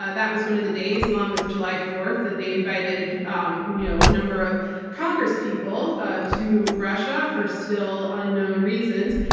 ah that was one of the days, along with july fourth, that they invited um you know a number of congresspeople ah to russia for still unknown reasons.